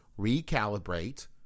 recalibrate